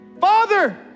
Father